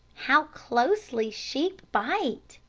how closely sheep bite,